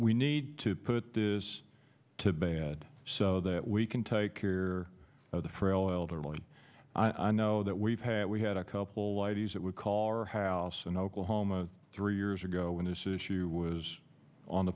we need to put this to bed so that we can take care of the frail elderly i know that we've had we had a couple ladies that would call our house and oklahoma three years ago when this issue was on the